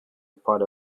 party